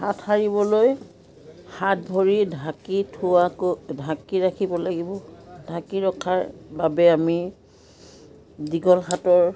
হাত সাৰিবলৈ হাত ভৰি ঢাকি থোৱাকৈ ঢাকি ৰাখিব লাগিব ঢাকি ৰখাৰ বাবে আমি দীঘল হাতৰ